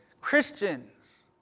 Christians